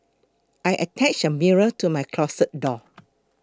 I attached a mirror to my closet door